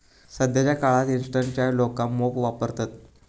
सध्याच्या काळात इंस्टंट चाय लोका मोप वापरतत